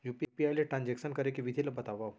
UPI ले transaction करे के विधि ला बतावव?